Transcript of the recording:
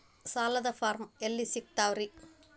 ಸಾಲದ ಫಾರಂ ಎಲ್ಲಿ ಸಿಕ್ತಾವ್ರಿ?